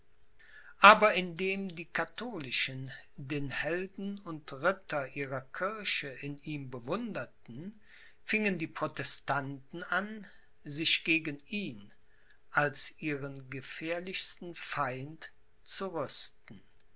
aber indem die katholischen den helden und ritter ihrer kirche in ihm bewunderten fingen die protestanten an sich gegen ihn als ihren gefährlichsten feind zu rüsten